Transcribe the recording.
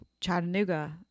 Chattanooga